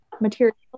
materials